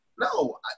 No